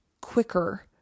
quicker